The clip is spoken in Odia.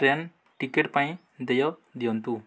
ଟ୍ରେନ୍ ଟିକେଟ୍ ପାଇଁ ଦେୟ ଦିଅନ୍ତୁ